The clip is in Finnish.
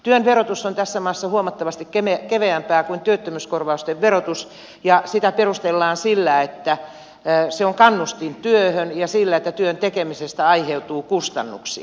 työn verotus on tässä maassa huomattavasti keveämpää kuin työttömyyskorvausten verotus ja sitä perustellaan sillä että se on kannustin työhön ja sillä että työn tekemisestä aiheutuu kustannuksia